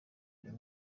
uyu